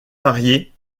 variés